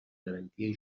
garantia